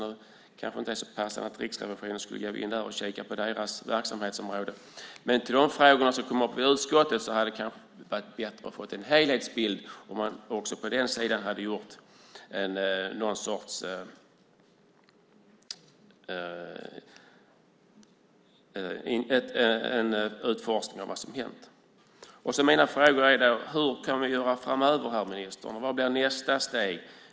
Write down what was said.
Det kanske inte skulle vara så passande att Riksrevisionen går in och kikar på deras verksamhetsområde, men när det gäller frågorna som kom upp i utskottet hade det kanske varit bättre att få en helhetsbild och att man även på den sidan hade gjort någon sorts utforskning av vad som hänt. Mina frågor till ministern är alltså: Hur kan vi göra framöver? Vad blir nästa steg?